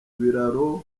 ibiraro